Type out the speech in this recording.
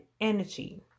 energy